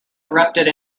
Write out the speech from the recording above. erupted